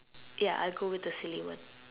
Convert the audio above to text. ya I'll go with the silly one